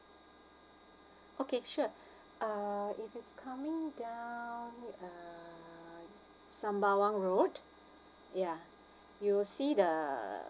okay sure uh if it's coming down uh sembawang road ya you will see the